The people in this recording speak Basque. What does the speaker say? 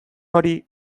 hori